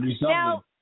Now